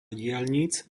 diaľnic